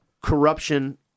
corruption